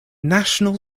national